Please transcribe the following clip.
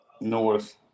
north